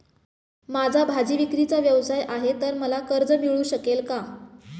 माझा भाजीविक्रीचा व्यवसाय आहे तर मला कर्ज मिळू शकेल का?